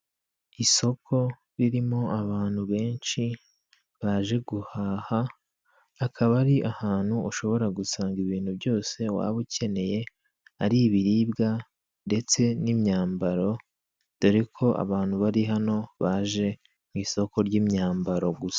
Isoko ririmo abantu benshi baje guhaha akaba ari ahantu ushobora gusanga ibintu byose waba ukeneye ari ibiribwa ndetse n'imyambaro, dore ko abantu bari hano baje mu isoko ry'imyambaro gusa.